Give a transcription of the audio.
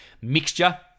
mixture